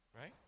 right